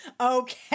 Okay